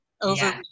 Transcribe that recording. over